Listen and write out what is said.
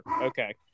Okay